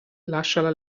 lasciala